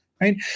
right